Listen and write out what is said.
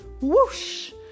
Whoosh